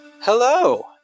Hello